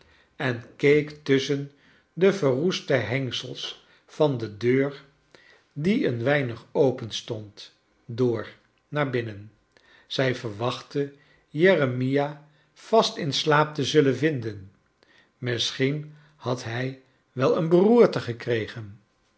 en keek tusschen de verroeste hengsels van de deur die een weinig openstond door naar binnen zij verwachtte jeremia vast in slaap te zullen vinden misschien had hij wel een beroerte gekregen